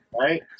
Right